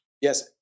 Yes